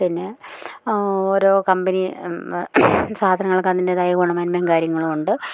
പിന്നെ ഓരോ കമ്പനി സാധനങ്ങൾക്ക് അതിൻ്റേതായ ഗുണമേന്മയും കാര്യങ്ങളും ഉണ്ട്